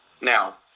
now